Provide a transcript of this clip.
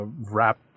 wrap